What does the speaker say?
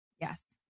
Yes